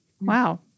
Wow